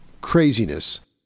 craziness